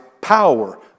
power